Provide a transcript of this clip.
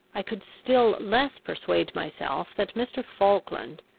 i could still less persuade myself that mr. falkland,